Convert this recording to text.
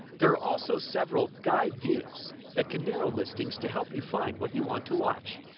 there are also several guide views that can narrow listings to help you find what you want to watch.